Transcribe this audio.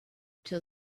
till